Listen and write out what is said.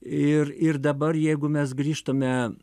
ir ir dabar jeigu mes grįžtame